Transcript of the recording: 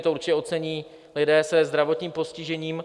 To určitě ocení lidé se zdravotním postižením.